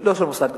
לא של מוסד,